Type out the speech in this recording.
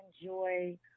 enjoy